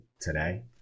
today